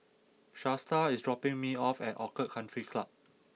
Shasta is dropping me off at Orchid Country Club